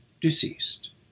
deceased